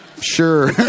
sure